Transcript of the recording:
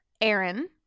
Aaron